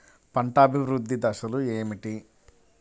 పంట అభివృద్ధి దశలు ఏమిటి?